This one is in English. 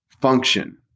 function